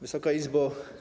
Wysoka Izbo!